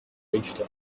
arista